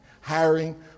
hiring